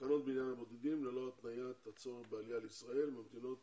תקנות בעניין הבודדים ללא התניית הצורך בעלייה לישראל ממתינות